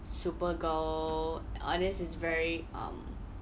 super girl all this is very um